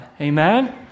amen